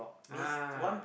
ah